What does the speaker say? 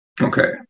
okay